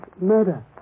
murder